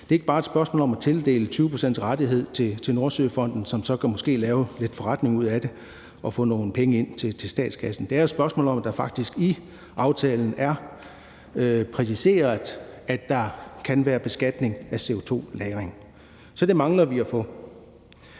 Det er ikke bare et spørgsmål om at tildele 20 pct.s rettighed til Nordsøfonden, som så måske kan lave lidt forretning ud af det og få nogle penge ind til statskassen. Det er et spørgsmål om, at det faktisk i aftalen er præciseret, at der kan være beskatning af CO2-lagring. Så det mangler vi at få.